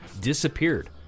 disappeared